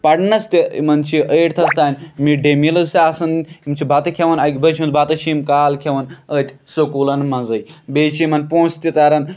پَرنَس تہٕ یِمَن چھِ ایٹتھَس تانۍ مِڈ ڈے میٖلٕز تہِ آسان یِم چھِ بَتہٕ کھیٚوان اَکہِ بَجہِ ہُنٛد بَتہٕ چھِ یِم کالہٕ کھیٚوان أتۍ سکوٗلَن منٛزٕے بیٚیہِ چھِ یِمَن پونٛسہِ تہِ تَران